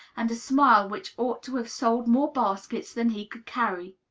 and a smile which ought to have sold more baskets than he could carry.